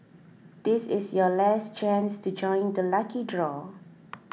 this is your last chance to join the lucky draw